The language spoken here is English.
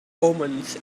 omens